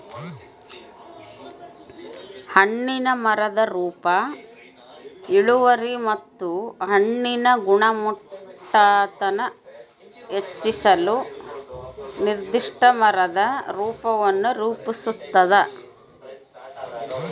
ಹಣ್ಣಿನ ಮರದ ರೂಪ ಇಳುವರಿ ಮತ್ತು ಹಣ್ಣಿನ ಗುಣಮಟ್ಟಾನ ಹೆಚ್ಚಿಸಲು ನಿರ್ದಿಷ್ಟ ಮರದ ರೂಪವನ್ನು ರೂಪಿಸ್ತದ